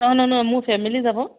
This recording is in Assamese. নহয় নহয় নহয় মোৰ ফেমিলি যাব